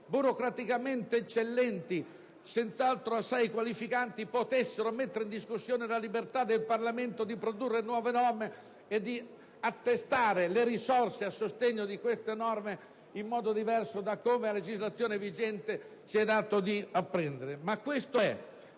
burocraticamente eccellenti, senz'altro assai qualificati - potessero mettere in discussione la libertà del Parlamento di produrre nuove norme e di attestare le risorse a sostegno delle stesse in modo diverso da come, a legislazione vigente, ci è dato di apprendere. Ma questo è.